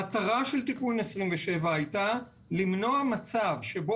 המטרה של תיקון 27 היתה למנוע מצב שבו